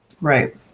Right